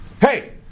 hey